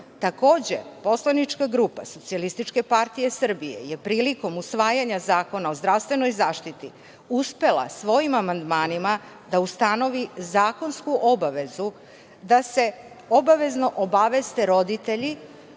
poslanička grupa Socijalistička partija Srbije je prilikom usvajanja Zakona o zdravstvenoj zaštiti uspela svojim amandmanima da ustanovi zakonsku obavezu da se obavezno obaveste roditelji